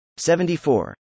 74